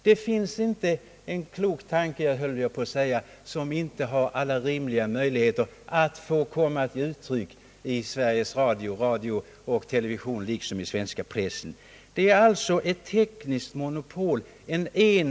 Det finns inte en klok tanke som inte har alla rimliga möjligheter att komma till uttryck i Sveriges Radio och television liksom i den svenska pressen.